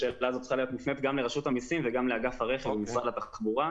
השאלה הזאת צריכה להיות מופנית לרשות המיסים ולאגף הרכב במשרד התחבורה.